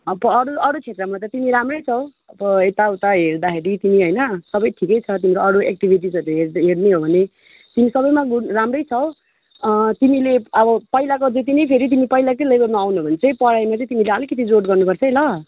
प अरू अरू क्षेत्रमा त तिमी राम्रै छौ अब यताउता हेर्दाखेरि तिमी होइन सबै ठिकै छ तिम्रो अरू एक्टिभिटिसहरू हेर्ने हो भने तिमी सबैमा गुड राम्रै छौ तिमीले अब पहिलाको जति नै फेरि तिमी पहिलाकै लेभलमा आउनु हो भने चाहिँ पढाइमा चाहिँ तिमीले अलिकति जोड गर्नुपर्छ है ल